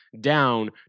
down